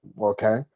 okay